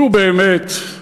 נו, באמת.